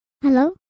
hello